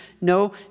no